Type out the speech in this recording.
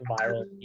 viral